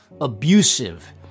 abusive